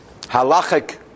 halachic